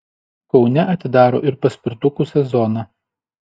kaune atidaro ir paspirtukų sezoną